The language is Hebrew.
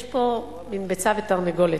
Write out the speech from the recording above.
יש פה מין ביצה ותרנגולת.